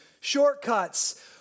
shortcuts